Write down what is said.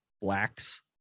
blacks